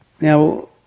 Now